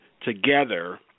together